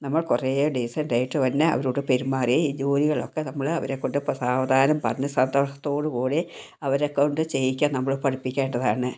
നമ്മൾ കുറേ ഡീസൻ്റ് ആയിട്ട് തന്നെ അവരോട് പെരുമാറി ജോലികൾ ഒക്കെ നമ്മൾ അവരെക്കൊണ്ട് ഇപ്പോൾ സാവധാനം പറഞ്ഞ് സന്തോഷത്തോടുകൂടി അവരെക്കൊണ്ട് ചെയ്യിക്കാൻ നമ്മൾ പഠിപ്പിക്കേണ്ടതാണ്